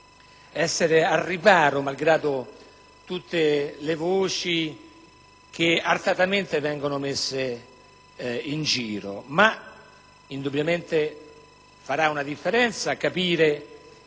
noi al riparo malgrado tutte le voci artatamente messe in giro. Indubbiamente farà una differenza capire